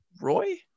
Roy